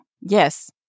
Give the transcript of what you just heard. Yes